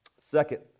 Second